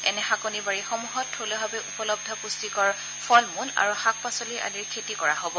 এনে শাকনিবাৰীসমূহত থলুৱাভাৱে উপলৰূ পুষ্টিকৰ ফল মূল শাক পাচলি আদিৰ খেতি কৰা হ'ব